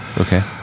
Okay